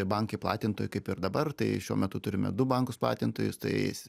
bankai platintojai kaip ir dabar tai šiuo metu turime du bankus platintojus tai